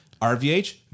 RVH